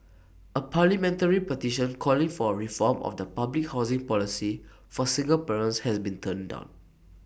A parliamentary petition calling for A reform of the public housing policy for single parents has been turned down